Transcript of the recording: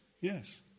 yes